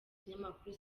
ikinyamakuru